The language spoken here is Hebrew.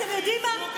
אתם יודעים מה?